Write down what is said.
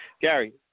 Gary